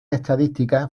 estadísticas